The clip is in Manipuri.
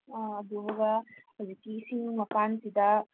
ꯑꯥ ꯑꯗꯨꯒ ꯍꯧꯖꯤꯛꯀꯤ ꯏꯁꯤꯡ ꯃꯄꯥꯟꯁꯤꯗ